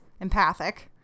Empathic